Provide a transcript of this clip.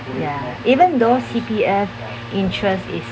ya even though C_P_F interest is